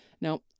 Now